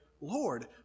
Lord